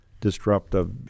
Disruptive